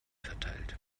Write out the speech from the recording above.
verteilt